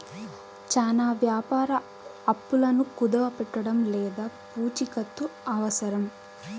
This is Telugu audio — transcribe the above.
చానా వ్యాపార అప్పులను కుదవపెట్టడం లేదా పూచికత్తు అవసరం